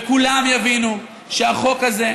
כולם יבינו שהחוק הזה,